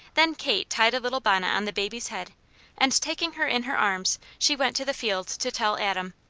then kate tied a little bonnet on the baby's head and taking her in her arms, she went to the field to tell adam.